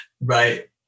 Right